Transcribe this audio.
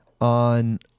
on